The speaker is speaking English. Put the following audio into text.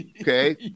Okay